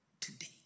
today